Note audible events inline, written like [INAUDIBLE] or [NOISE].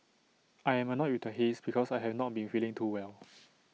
I am annoyed with the haze because I have not been feeling too well [NOISE]